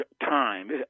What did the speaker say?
time